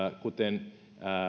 kuten